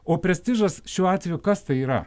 o prestižas šiuo atveju kas tai yra